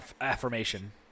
affirmation